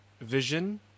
vision